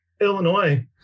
Illinois